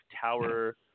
Tower